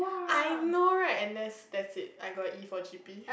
I know right and that's that's it I got E for G_P